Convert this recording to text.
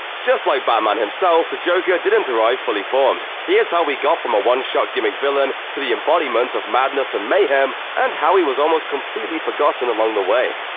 just like batman himself, the joker didn't arrive fully formed. here's how we got from a one-shot gimmick villain to the embodiment of madness and mayhem and how he was almost completely forgotten along the way.